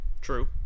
True